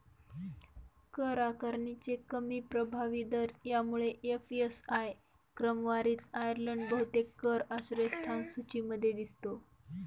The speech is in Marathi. कर आकारणीचे कमी प्रभावी दर यामुळे एफ.एस.आय क्रमवारीत आयर्लंड बहुतेक कर आश्रयस्थान सूचीमध्ये दिसतो